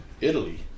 Italy